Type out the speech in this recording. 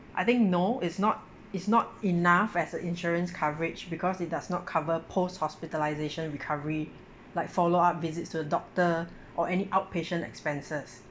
I think no it's not it's not enough as a insurance coverage because it does not cover post hospitalisation recovery like follow up visits to the doctor or any outpatient expenses